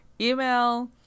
email